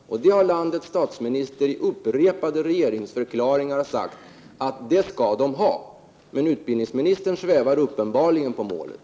Det har landets statsminister i upprepade regeringsförklaringar sagt att de skall ha. Men utbildningsministern svävar uppenbarligen på målet.